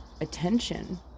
attention